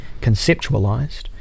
conceptualized